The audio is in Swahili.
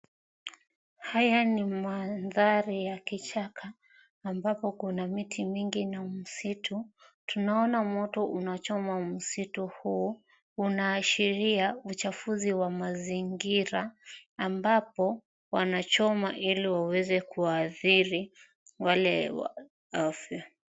Haya ni mandhari ya kichaka ambapo kuna mtu mingi na msitu, tunaona moto unachoma msitu huu unashiria uchafuzi wa mazingira ambapo wanachoma ili waweze kuwaadhiri wale wa afya.